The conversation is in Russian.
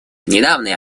недавний